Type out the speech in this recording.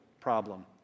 problem